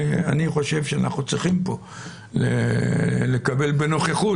אני חושב שאנחנו צריכים פה לקבל בנוכחות,